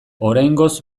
oraingoz